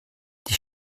die